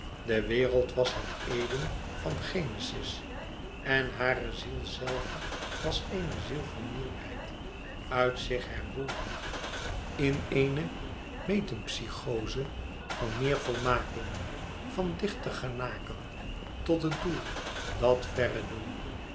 de wereld was het eden van genesis en hare ziel zelve was eene ziel van nieuwheid uit zich herboren in eene metempsychoze van meer volmaking van dichter genaken tot het doel dat verre doel